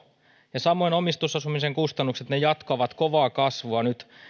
samoin omistusasumisen kustannukset jatkavat kovaa kasvua